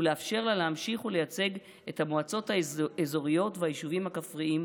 ולאפשר לה להמשיך ולייצג את המועצות האזוריות והיישובים הכפריים.